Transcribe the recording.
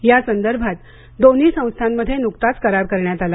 या संदर्भात दोन्ही संस्थांमध्ये नुकताच करार करण्यात आला